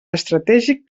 estratègic